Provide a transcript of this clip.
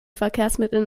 verkehrsmitteln